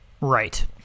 Right